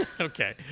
Okay